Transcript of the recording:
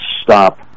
stop